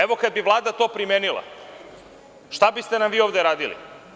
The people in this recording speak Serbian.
Evo, kada bi Vlada to primenila, šta biste nam vi ovde radili?